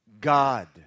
God